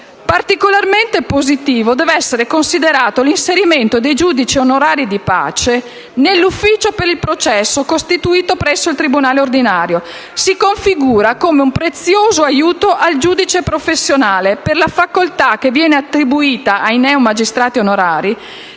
Particolarmente positivo deve essere considerato l'inserimento dei giudici onorari (di pace) nell'ufficio per il processo costituito presso il tribunale ordinario. Si configura come un prezioso aiuto al giudice professionale, per la facoltà che viene attribuita ai neo magistrati onorari